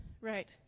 Right